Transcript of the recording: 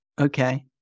Okay